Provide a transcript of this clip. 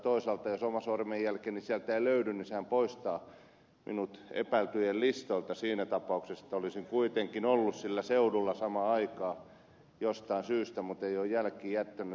toisaalta jos omaa sormenjälkeäni sieltä ei löydy niin sehän poistaa minut epäiltyjen listalta siinä tapauksessa että olisin kuitenkin ollut sillä seudulla samaan aikaan jostain syystä mutta en olisi jälkiä jättänyt